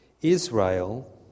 Israel